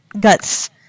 guts